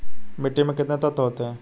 मिट्टी में कितने तत्व होते हैं?